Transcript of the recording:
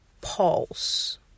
pulse